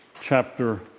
chapter